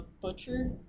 Butcher